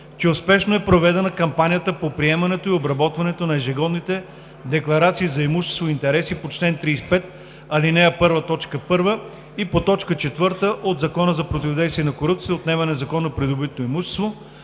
че успешно е проведена кампанията по приемането и обработването на ежегодните декларации за имущество и интереси по чл. 35, ал. 1, т. 1. и по т. 4 от Закона за противодействие на корупцията и отнемане на незаконно придобитото имущество,